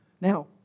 Now